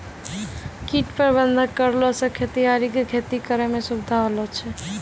कीट प्रबंधक करलो से खेतीहर के खेती करै मे सुविधा होलो छै